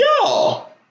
y'all